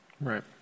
Right